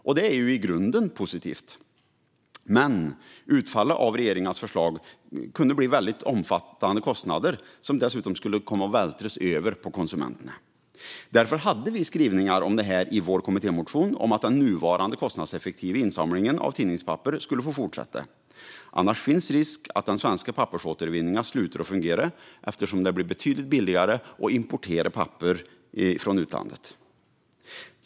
Detta är i grunden positivt, men utfallet av regeringens förslag kan bli väldigt omfattande kostnader som dessutom skulle komma att vältras över på konsumenterna. Därför hade vi i vår kommittémotion skrivningar om att den nuvarande kostnadseffektiva insamlingen av tidningspapper skulle få fortsätta. Annars finns risk att den svenska pappersåtervinningen slutar att fungera eftersom det blir betydligt billigare att importera papper från utlandet.